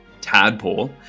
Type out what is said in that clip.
Tadpole